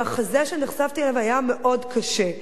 המחזה שנחשפתי אליו היה מאוד קשה.